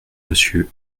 monsieur